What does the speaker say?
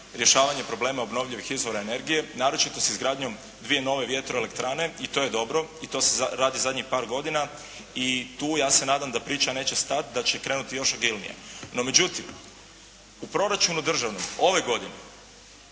rješavanje problema obnovljivih izvora energije, naročito s izgradnjom dvije nove vjetroelektrane, i to je dobro i to se radi zadnjih par godina i tu, ja se nadam da priča neće stati, da će krenuti još agilnije. No, međutim, u proračunu državnom ove godine